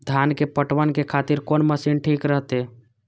धान के पटवन के खातिर कोन मशीन ठीक रहते?